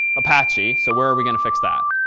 apache. so where are we going to fix that?